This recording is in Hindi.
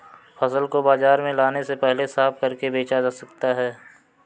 फसल को बाजार में लाने से पहले साफ करके बेचा जा सकता है?